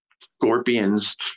scorpions